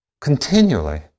continually